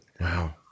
Wow